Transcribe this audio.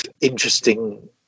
interesting